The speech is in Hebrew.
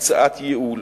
הצעת ייעול: